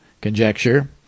conjecture